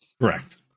Correct